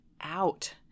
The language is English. out